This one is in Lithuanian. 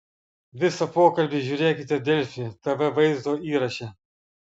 visą pokalbį žiūrėkite delfi tv vaizdo įraše